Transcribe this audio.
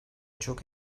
çok